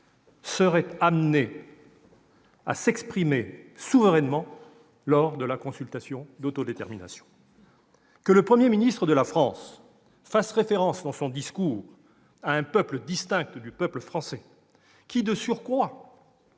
car les mots ont un sens -, lors de la consultation d'autodétermination. Que le Premier ministre de la France fasse référence dans son discours à un peuple distinct du peuple français qui, de surcroît,